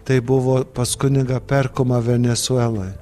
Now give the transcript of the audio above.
tai buvo pas kunigą perkumą venesueloj